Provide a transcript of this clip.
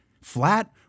flat